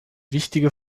wichtige